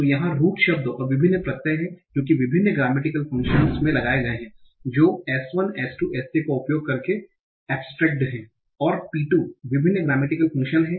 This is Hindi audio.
तो यहां रूट शब्द और विभिन्न प्रत्यय हैं जो के विभिन्न ग्रेमेटिकल फंक्शनस में लगाए गए हैं जो S1 S2 S3 का उपयोग करके एब्सट्रेकटेड हैं और P2 विभिन्न ग्रेमेटिकल फंक्शन हैं